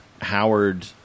Howard